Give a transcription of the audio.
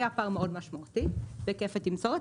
היה פער מאוד משמעותי בהיקף התמסורת.